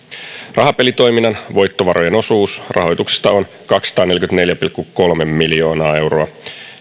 rahapelitoiminnan voittovarojen osuus rahoituksesta on kaksisataaneljäkymmentäneljä pilkku kolme miljoonaa euroa